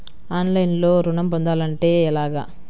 ఆన్లైన్లో ఋణం పొందాలంటే ఎలాగా?